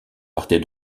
partez